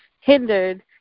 hindered